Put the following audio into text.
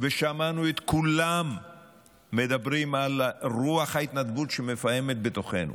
ושמענו את כולם מדברים על רוח ההתנדבות שמפעמת בתוכנו,